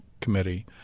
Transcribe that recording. committee